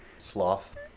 Sloth